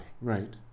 Right